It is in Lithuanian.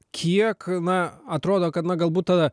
kiek na atrodo kad na galbūt tada